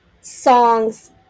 songs